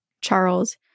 Charles